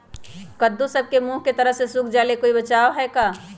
कददु सब के मुँह के तरह से सुख जाले कोई बचाव है का?